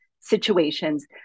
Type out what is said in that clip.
situations